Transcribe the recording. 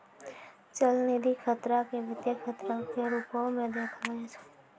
चलनिधि खतरा के वित्तीय खतरो के रुपो मे देखलो जाय छै